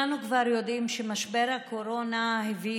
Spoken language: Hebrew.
כולנו כבר יודעים שמשבר הקורונה הביא